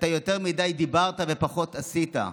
אתה יותר מדי דיברת ופחות עשית,